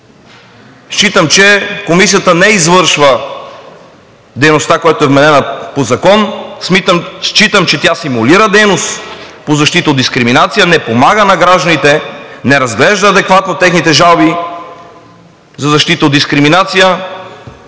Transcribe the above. Считам, че Комисията не извършва дейността, която ѝ е вменена по закон, тя симулира дейност по защита от дискриминация, не помага на гражданите, не разглежда адекватно техните жалби за защита от дискриминация,